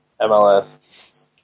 MLS